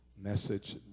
message